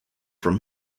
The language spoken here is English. from